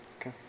Okay